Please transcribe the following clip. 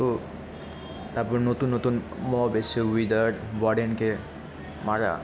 তো তারপর নতুন নতুন মব এসে উইজার্ড ওয়ার্ডেনকে মারা